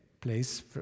place